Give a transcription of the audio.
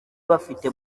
bafite